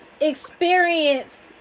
experienced